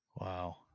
Wow